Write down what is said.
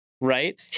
right